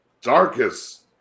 darkest